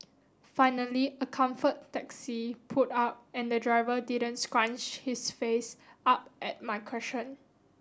finally a Comfort taxi pulled up and the driver didn't scrunch his face up at my question